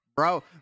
Bro